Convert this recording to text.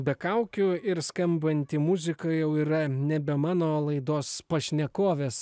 be kaukių ir skambanti muzika jau yra nebe mano laidos pašnekovės